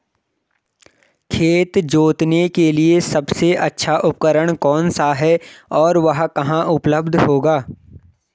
खेत जोतने के लिए सबसे अच्छा उपकरण कौन सा है और वह कहाँ उपलब्ध होगा?